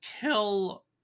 kill